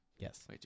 Yes